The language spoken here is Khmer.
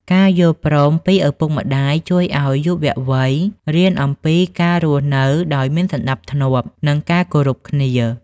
ការយល់ព្រមពីឪពុកម្ដាយជួយឱ្យយុវវ័យរៀនអំពីការរស់នៅដោយមានសណ្តាប់ធ្នាប់ និងការគោរពគ្នា។